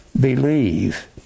Believe